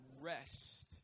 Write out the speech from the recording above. rest